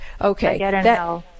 Okay